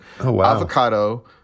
avocado